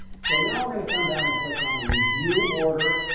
so now we're going to come down and click on review order.